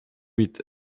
huit